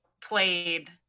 played